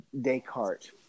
Descartes